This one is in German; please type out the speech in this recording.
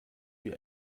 wie